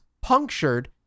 punctured